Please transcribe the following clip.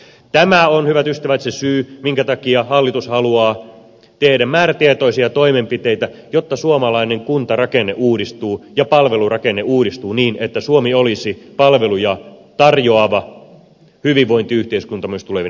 tämä on hyvät ystävät se syy minkä takia hallitus haluaa tehdä määrätietoisia toimenpiteitä jotta suomalainen kuntarakenne uudistuu ja palvelurakenne uudistuu niin että suomi olisi palveluja tarjoava hyvinvointiyhteiskunta myös tulevina vuosina